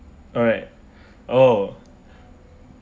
alright oh